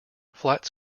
flat